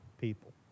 people